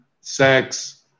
sex